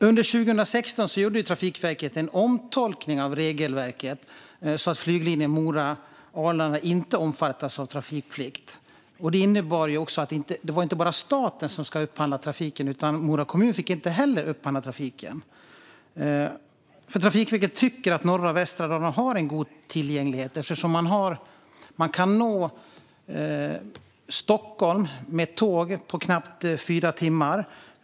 Under 2016 gjorde Trafikverket en omtolkning av regelverket så att flyglinjen Mora-Arlanda inte omfattas av trafikplikt. Det innebar inte bara att staten inte skulle upphandla trafiken, utan Mora kommun fick inte heller upphandla trafiken. Trafikverket tycker nämligen att norra och västra Dalarna har en god tillgänglighet eftersom man kan nå Stockholm med tåg på knappt fyra timmar.